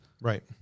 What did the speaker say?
Right